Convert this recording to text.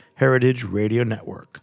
heritageradionetwork